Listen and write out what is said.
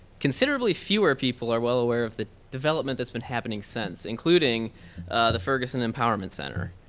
considerably fewer people are well aware of the development that's been happening since including the ferguson empowerment center,